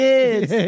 Kids